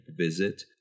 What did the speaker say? visit